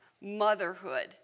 motherhood